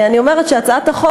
אני אומרת שהצעת החוק,